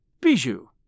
Bijou